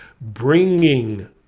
bringing